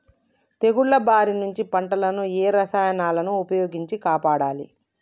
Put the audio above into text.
తెగుళ్ల బారి నుంచి పంటలను ఏ రసాయనాలను ఉపయోగించి కాపాడాలి?